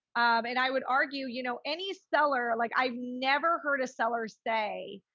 and i would argue, you know, any seller, like i've never heard a seller say,